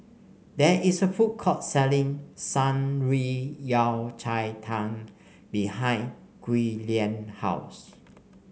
there is a food court selling Shan Rui Yao Cai Tang behind Giuliana house